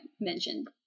mentioned